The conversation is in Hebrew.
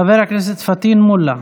חבר הכנסת פטין מולא,